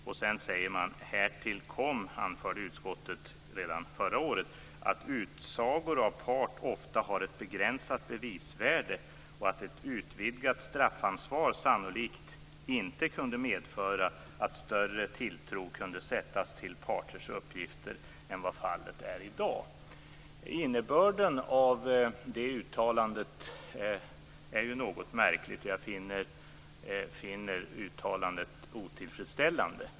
Redan förra året anförde utskottet "att utsagor av part ofta har ett begränsat bevisvärde och att ett utvidgat straffansvar sannolikt inte kunde medföra att större tilltro kunde sättas till parters uppgifter än vad fallet är i dag". Innebörden av det uttalandet är något märklig. Jag finner uttalandet otillfredsställande.